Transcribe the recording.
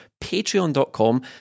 patreon.com